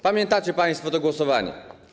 Pamiętacie państwo to głosowanie.